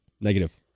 negative